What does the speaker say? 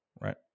right